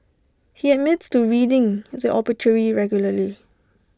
he admits to reading the obituary regularly